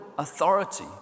authority